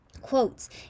quotes